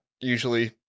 usually